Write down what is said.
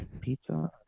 pizza